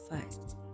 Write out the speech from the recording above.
first